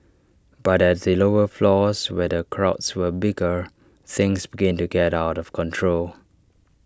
but at the lower floors where the crowds were bigger things began to get out of control